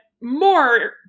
more